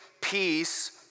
peace